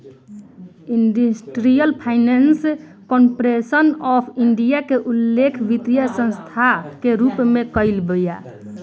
industrial finance corporation of India के उल्लेख वित्तीय संस्था के रूप में कईल बा